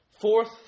Fourth